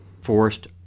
forced